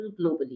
globally